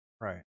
Right